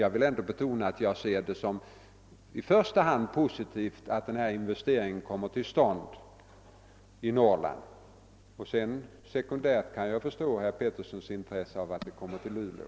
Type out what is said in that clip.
Jag vill dock betona att jag i första hand betraktar det som positivt att den här investeringen kommer till stånd i Norrland, men jag kan också förstå herr Peterssons i Gäddvik intresse av att vi väljer Luleå.